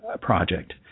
project